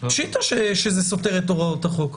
פשיטא שזה סותר את הוראות החוק.